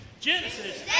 Genesis